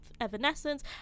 Evanescence